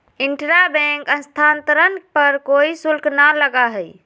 intra bank स्थानांतरण पर कोई शुल्क ना लगा हई